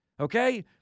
Okay